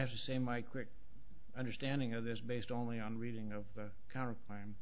have to say my quick understanding of this based only on reading of current time